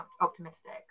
optimistic